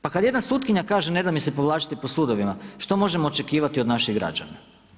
Pa kad jedna sutkinja kaže ne da mi se povlačiti po sudovima što možemo očekivati od naših građana.